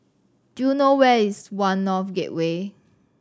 do you know where is One North Gateway